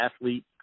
athlete